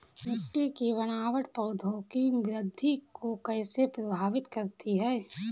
मिट्टी की बनावट पौधों की वृद्धि को कैसे प्रभावित करती है?